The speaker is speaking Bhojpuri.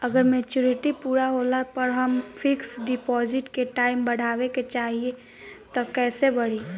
अगर मेचूरिटि पूरा होला पर हम फिक्स डिपॉज़िट के टाइम बढ़ावे के चाहिए त कैसे बढ़ी?